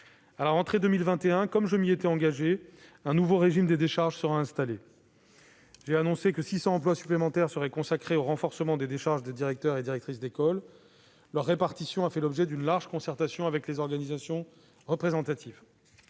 À la rentrée de 2021, comme je m'y étais engagé, un nouveau régime des décharges sera installé. J'ai d'ores et déjà annoncé que 600 emplois supplémentaires seraient consacrés au renforcement des décharges des directrices et directeurs d'école, leur répartition ayant fait l'objet d'une large concertation avec les organisations représentatives.